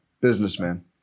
Businessman